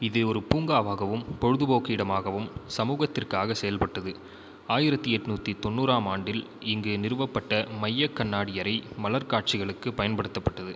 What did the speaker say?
இது ஒரு பூங்காவாகவும் பொழுதுபோக்கு இடமாகவும் சமூகத்திற்காக செயல்பட்டது ஆயிரத்தி எண்ணூத்தி தொண்ணூறாம் ஆண்டில் இங்கு நிறுவப்பட்ட மைய கண்ணாடி அறை மலர் காட்சிகளுக்கு பயன்படுத்தப்பட்டது